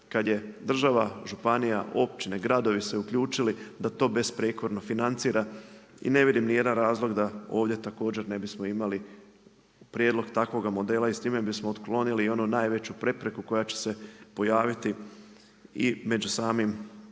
kada je država, županija, općine, gradovi se uključili da to besprijekorno financira. I ne vidim niti jedan razlog da ovdje također ne bismo imali prijedlog takvoga modela i s time bismo otklonili i onu najveću prepreku koja će se pojaviti i među samim